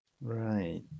Right